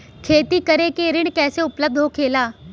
खेती करे के ऋण कैसे उपलब्ध होखेला?